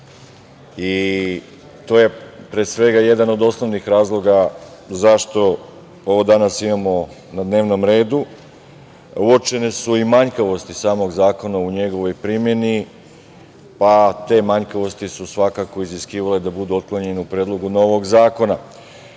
i to je, pre svega, jedan od osnovnih razloga zašto ovo danas imamo na dnevnom redu. Uočene su i manjkavosti samog zakona u njegovoj primeni, pa te manjkavosti su svakako iziskivale da budu otklonjene u predlogu novog zakona. Tačno